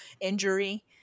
injury